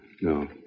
no